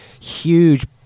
huge